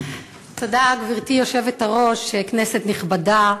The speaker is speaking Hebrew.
גברתי היושבת-ראש, תודה, כנסת נכבדה,